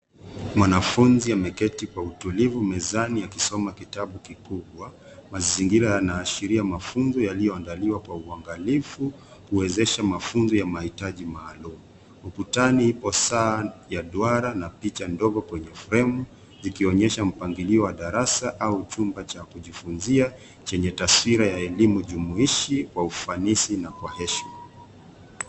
Mwanafunzi ameketi kwa utulivu mezani akisoma kitabu kikubwa. Mazingira yanaashiria mafunzo yaliyoandaliwa kwa uangalifu, huwezesha mafunzo ya mahitaji maalumu. Ukutani iko saa ya duara na picha ndogo kwenye fremu, ikionyesha mpangilio wa darasa au chumba cha kujifunzia chenye taswira ya elimu jumuishi wa ufanisi na kwa heshima.